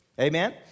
amen